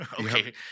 Okay